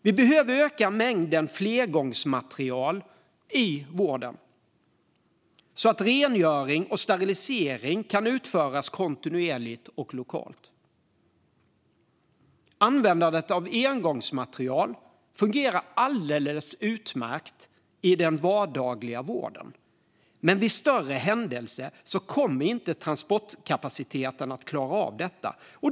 Vi behöver öka mängden flergångsmaterial i vården, så att rengöring och sterilisering kan utföras kontinuerligt och lokalt. Användandet av engångsmaterial fungerar alldeles utmärkt i den vardagliga vården, men vid en större händelse kommer transportkapaciteten inte att klara av detta.